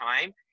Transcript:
time